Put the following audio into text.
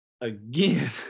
again